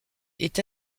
est